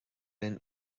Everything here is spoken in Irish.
linn